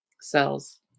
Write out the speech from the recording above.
cells